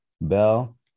bell